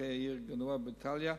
אחרי העיר גנואה באיטליה,